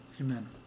Amen